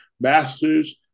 Masters